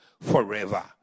forever